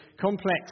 complex